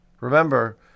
Remember